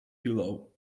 below